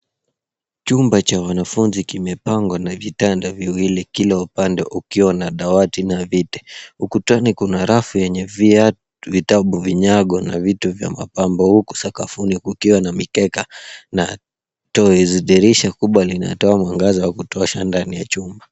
Chumba cha wanafunzi kimepangwa na vitanda viwili kila upande ukiwa na dawati na viti. Ukutani kuna rafu yenye vitabu, vinyago na vitu vya mapambo huku sakafuni kukiwa na mikeka na toys . Dirisha kubwa linatoa mwangaza wa kutosha ndani ya chumba.